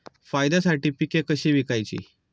फायद्यासाठी पिके कशी विकायची?